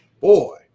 Boy